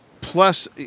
plus